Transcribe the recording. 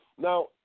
now